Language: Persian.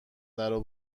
درو